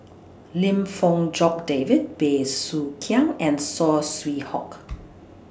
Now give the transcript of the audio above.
Lim Fong Jock David Bey Soo Khiang and Saw Swee Hock